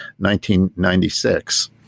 1996